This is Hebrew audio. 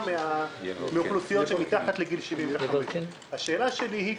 מהאוכלוסיות שמתחת לגיל 75. השאלה שלי: